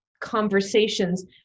conversations